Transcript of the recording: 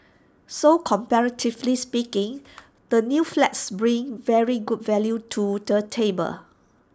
so comparatively speaking the new flats bring very good value to the table